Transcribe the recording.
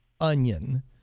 onion